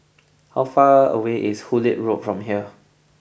how far away is Hullet Road from here